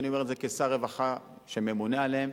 ואני אומר את זה כשר הרווחה, שממונה עליהם,